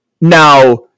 Now